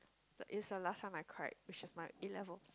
is the last time I cried which is my A-levels